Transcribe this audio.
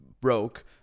broke